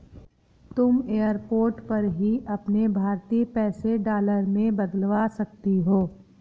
तुम एयरपोर्ट पर ही अपने भारतीय पैसे डॉलर में बदलवा सकती हो